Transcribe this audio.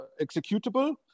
executable